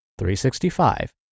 365